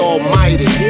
Almighty